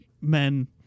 men